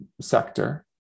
sector